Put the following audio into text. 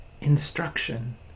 instruction